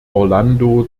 orlando